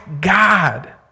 God